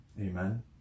Amen